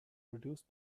produced